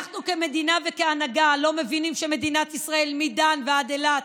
אנחנו כמדינה וכהנהגה לא מבינים שמדינת ישראל היא מדן ועד אילת